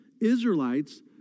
Israelites